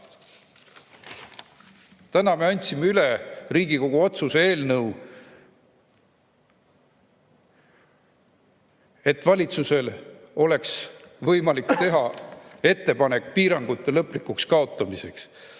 Täna me andsime üle Riigikogu otsuse eelnõu, et valitsusel oleks võimalik teha ettepanek piirangute lõplikuks kaotamiseks.